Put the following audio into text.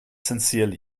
sincerely